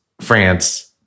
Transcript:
France